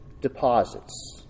deposits